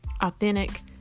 authentic